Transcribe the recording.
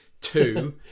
two